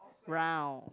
brown